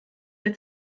der